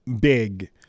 big